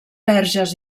verges